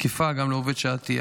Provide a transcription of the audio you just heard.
תקפה גם לעובד שעתי.